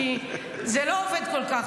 כי זה לא עובד כל כך,